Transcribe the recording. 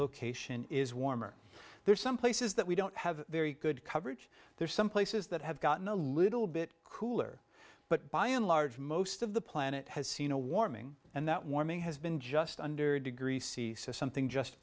location is warmer there's some places that we don't have very good coverage there's some places that have gotten a little bit cooler but by and large most of the planet has seen a warming and that warming has been just under a degree c something just